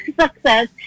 success